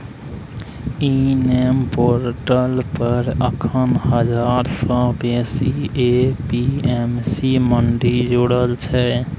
इ नेम पोर्टल पर एखन हजार सँ बेसी ए.पी.एम.सी मंडी जुरल छै